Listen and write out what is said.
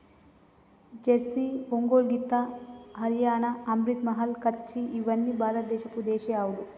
Jersey, Ongole గిత్త, హరియాణా, అమ్రిత్ మహల్, కచ్చి ఇవ్వని భారత దేశపు దేశీయ ఆవులు